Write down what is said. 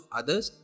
others